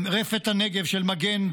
רפת הנגב של מגן,